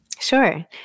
Sure